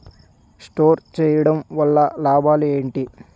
Store చేయడం వల్ల లాభాలు ఏంటి?